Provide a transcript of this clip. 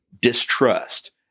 distrust